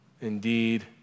Indeed